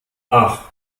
ach